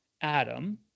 Adam